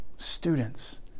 students